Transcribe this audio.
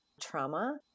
trauma